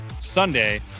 Sunday